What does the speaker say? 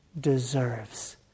deserves